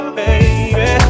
baby